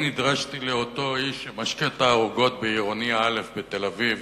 אני נדרשתי לאותו איש שמשקה את הערוגות בעירוני א' בתל-אביב,